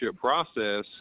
process